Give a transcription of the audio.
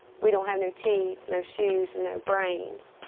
we don't have no teeth, no shoes, and no brains.